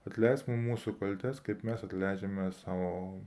atleisk mum mūsų kaltes kaip mes atleidžiame savo